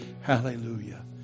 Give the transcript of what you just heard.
Hallelujah